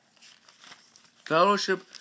Fellowship